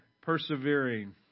persevering